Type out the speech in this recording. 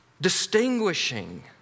distinguishing